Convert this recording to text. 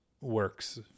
works